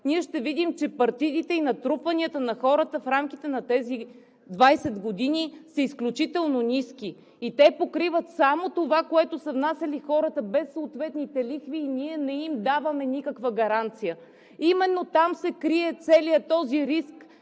ще видим, че партидите и натрупванията на хората в рамките на тези 20 години са изключително ниски и те покриват само това, което са внасяли хората. Без съответните лихви ние не им даваме никаква гаранция. Именно там се крие целият този риск